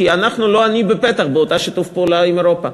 כי אנחנו לא עני בפתח באותו שיתוף פעולה עם אירופה.